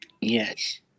yes